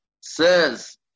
says